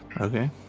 Okay